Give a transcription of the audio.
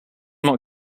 not